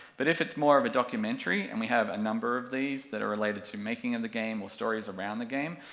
but if it's more of a documentary, and we have a number of these that are related to making of the game, or stories around the game,